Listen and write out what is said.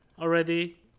already